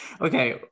okay